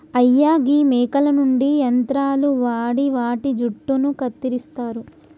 అయ్యా గీ మేకల నుండి యంత్రాలు వాడి వాటి జుట్టును కత్తిరిస్తారు